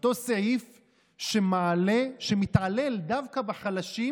אותו סעיף שמתעלל דווקא בחלשים: